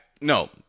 No